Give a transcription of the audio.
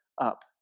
up